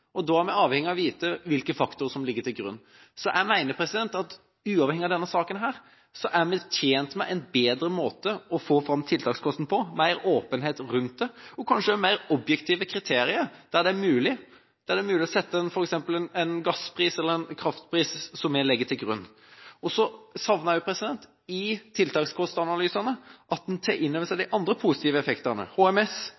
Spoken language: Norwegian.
tiltakskosten. Da er vi avhengige av å vite hvilke faktorer som ligger til grunn. Jeg mener at vi, uavhengig av denne saken, er tjent med en bedre måte å få fram tiltakskosten på, mer åpenhet rundt det, og kanskje mer objektive kriterier, der det er mulig å sette f.eks. en gasspris eller en kraftpris som vi legger til grunn. Jeg savner også at man i tiltakskostanalysene tar innover seg